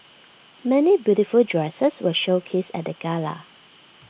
many beautiful dresses were showcased at the gala